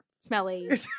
smelly